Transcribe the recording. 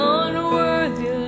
unworthy